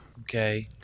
Okay